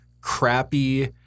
crappy